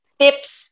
tips